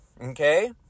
okay